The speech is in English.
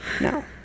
No